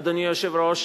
אדוני היושב-ראש,